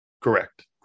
correct